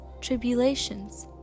tribulations